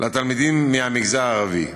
לתלמידים מהמגזר הערבי.